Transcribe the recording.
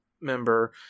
member